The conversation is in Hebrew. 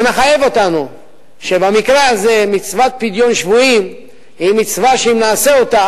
זה מחייב אותנו שבמקרה הזה מצוות פדיון שבויים היא מצווה שאם נעשה אותה,